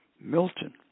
Milton